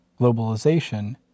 globalization